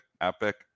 epic